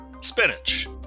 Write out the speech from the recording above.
spinach